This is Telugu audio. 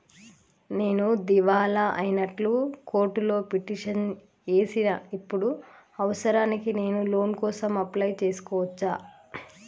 నేను దివాలా అయినట్లు కోర్టులో పిటిషన్ ఏశిన ఇప్పుడు అవసరానికి నేను లోన్ కోసం అప్లయ్ చేస్కోవచ్చా?